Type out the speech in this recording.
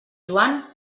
joan